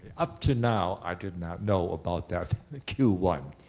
up to now, i did not know about that q one.